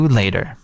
later